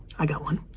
i got one,